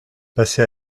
passez